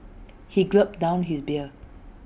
he gulped down his beer